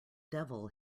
devil